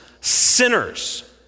sinners